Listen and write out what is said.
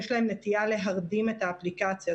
יש להם נטייה להרדים את האפליקציה,